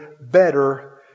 better